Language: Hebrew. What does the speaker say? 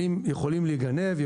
כלים יכולים להיגנב,